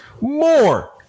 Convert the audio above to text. more